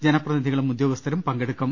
ജനപ്രതിനിധികളും ഉദ്യോഗസ്ഥരും പങ്കെടുക്കും